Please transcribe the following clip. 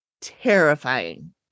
terrifying